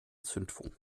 zündfunken